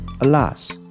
Alas